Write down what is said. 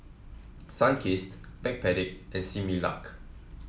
Sunkist Backpedic and Similac